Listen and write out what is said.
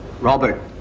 Robert